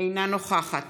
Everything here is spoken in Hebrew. אינה נוכחת